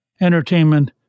entertainment